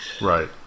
Right